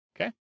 Okay